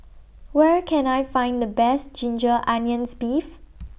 Where Can I Find The Best Ginger Onions Beef